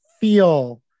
feel